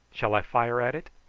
shall i fire at it?